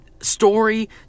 story